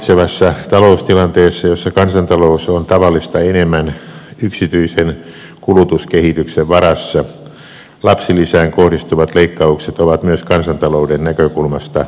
vallitsevassa taloustilanteessa jossa kansantalous on tavallista enemmän yksityisen kulutuskehityksen varassa lapsilisään kohdistuvat leikkaukset ovat myös kansantalouden näkökulmasta lyhytnäköisiä